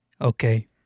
Okay